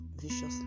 viciously